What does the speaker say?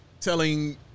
telling